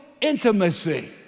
intimacy